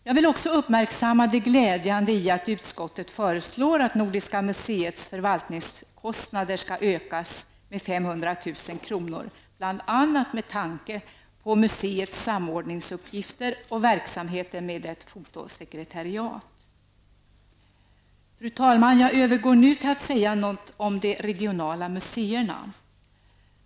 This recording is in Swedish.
Jag vill också uppmärksamma det glädjande i att utskottet föreslår att Nordiska museets förvaltningskostnader skall ökas med 500 000 kr. bl.a. med tanke på museets samordningsuppgifter och verksamheter med ett fotosekretariat. Fru talman! Jag övergår nu till att säga något om de regionala museerna.